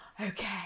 Okay